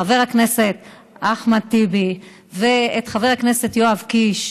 את חבר הכנסת אחמד טיבי ואת חבר הכנסת יואב קיש,